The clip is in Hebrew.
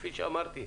כפי שאמרתי,